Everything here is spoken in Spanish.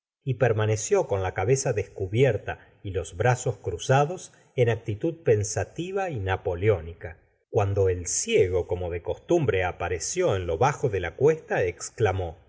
y permaneció con la cabeza descubierta y los brazos cruzados en actitud pensativa y napoleónica cuando el ciego como de costumbre apareció en lo bajo de la cuesta xclamó